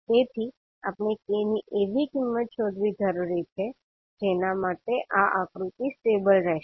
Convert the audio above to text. તેથી આપણે k ની એવી કિંમત શોધવી જરૂરી છે જેના માટે આ આકૃતિ સ્ટેબલ રહેશે